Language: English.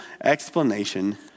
explanation